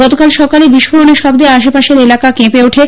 গতকাল সকালে বিস্ফোরণের শব্দে আশপাশের এলাকা কেঁপে ওঠে